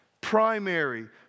primary